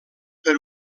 per